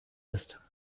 ist